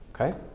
Okay